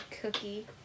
cookie